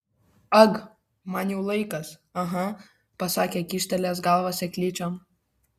ag man jau laikas aha pasakė kyštelėjęs galvą seklyčion